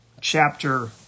chapter